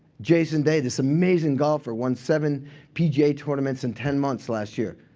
jason day, this amazing golfer, won seven pga tournaments in ten months last year.